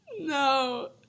no